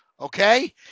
okay